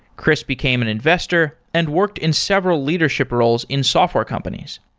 chris became an investor and worked in several leadership roles in software companies.